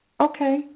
Okay